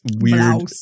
weird